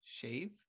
Shave